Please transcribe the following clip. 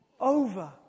Over